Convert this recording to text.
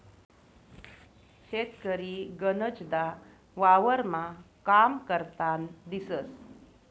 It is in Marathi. शेतकरी गनचदा वावरमा काम करतान दिसंस